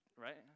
right